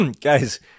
guys